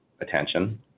attention